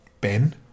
Ben